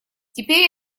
теперь